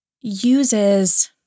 uses